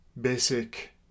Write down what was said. basic